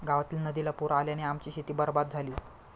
गावातील नदीला पूर आल्याने आमची शेती बरबाद झाली